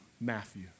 Matthew